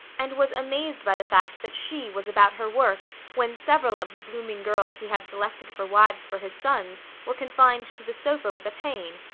and was amazed by the fact that she was about her work when several of the blooming girls he had selected for wives for his sons were confined to the sofa with a pain,